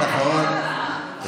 כבר הסבלנות שלהם, לא, באמת.